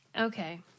Okay